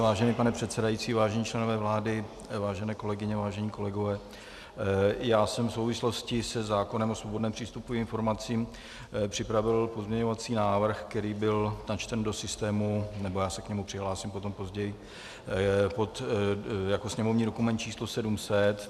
Vážený pane předsedající, vážení členové vlády, vážené kolegyně, vážení kolegové, já jsem v souvislosti se zákonem o svobodném přístupu k informacím připravil pozměňovací návrh, který byl načten do systému, nebo já se k němu přihlásím potom později, jako sněmovní dokument číslo 700.